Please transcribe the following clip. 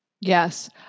Yes